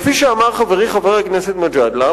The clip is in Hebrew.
כפי שאמר חברי חבר הכנסת מג'אדלה,